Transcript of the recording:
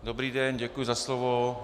Dobrý den, děkuji za slovo.